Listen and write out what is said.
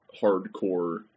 hardcore